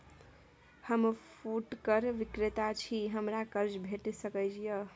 हम फुटकर विक्रेता छी, हमरा कर्ज भेट सकै ये?